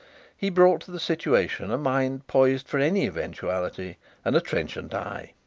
he brought to the situation a mind poised for any eventuality and a trenchant eye.